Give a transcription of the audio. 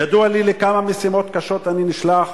ידוע לך לכמה משימות קשות אני נשלח